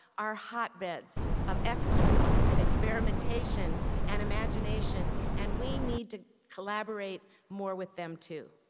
are hotbeds of excellence and experimentation and imagination. and we need to collaborate more with them, too.